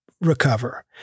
recover